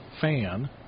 fan